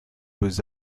beaux